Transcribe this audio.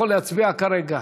יכול להצביע כרגע.